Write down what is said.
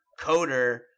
Coder